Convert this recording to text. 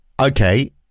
Okay